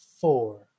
four